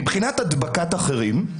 מבחינת הדבקת אחרים.